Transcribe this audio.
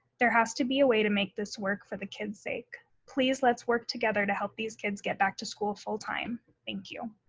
there has to be a way to make this work for the kids' sake. please, let's work together to help these kids get back to school full time, thank you.